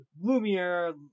Lumiere